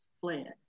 fled